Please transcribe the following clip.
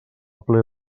ple